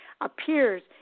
appears